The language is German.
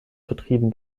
betrieben